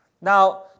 Now